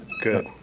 Good